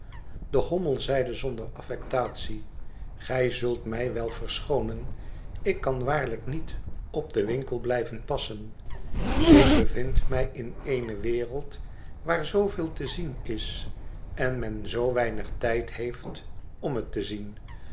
de hommel zeide zonder affectatie gij zult mij wel verschoonen i k kan waarlijk niet op den winkel blijven passen ik bevind mij in eene wereld waar zooveel te zien is en men zoo weinig tijd heeft om het te zien